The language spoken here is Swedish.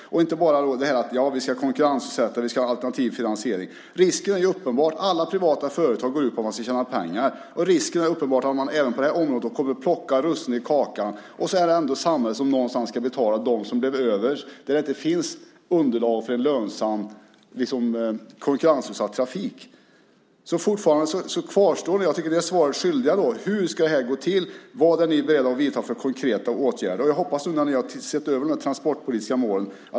Man kan inte bara säga: Vi ska konkurrensutsätta, och vi ska ha alternativ finansiering. Alla privata företag går ut på att man ska tjäna pengar. Risken är uppenbar att man även på detta område kommer att plocka russinen ur kakan. Det är ändå samhället som någonstans ska betala för dem som blir över där det inte finns underlag för en lönsam konkurrensutsatt trafik. Fortfarande kvarstår frågan. Jag tycker att ni är svaret skyldiga. Hur ska det gå till? Vilka konkreta åtgärder är ni beredda att vidta? Jag hoppas att det också kommer ut någonting när ni har sett över de transportpolitiska målen.